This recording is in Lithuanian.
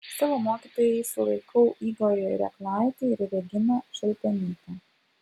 savo mokytojais laikau igorį reklaitį ir reginą šaltenytę